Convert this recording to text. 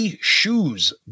shoes